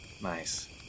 Nice